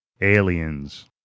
aliens